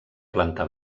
planta